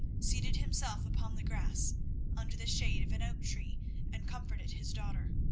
seated himself upon the grass under the shade of an oak tree and comforted his daughter.